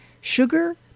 Sugar